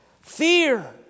fear